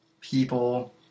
people